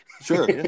Sure